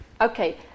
Okay